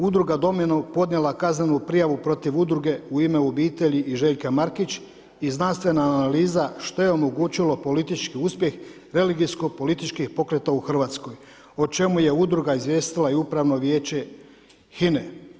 Udruga Dom je podnijela kaznenu prijavu protiv udruge U ime obitelji i Željke Markić i znanstvena analiza što je omogućilo politički uspjeh belgijsko političkih pokreta u Hrvatskoj, o čemu je udruga izvjestila i upravno vijeće HINA-e.